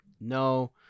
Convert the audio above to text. No